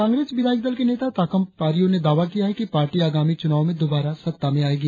कांग्रेस विधायक दल के नेता ताकम पारियो ने दावा किया है कि पार्टी आगामी चुनावों में दुबारा सत्ता में आयेगी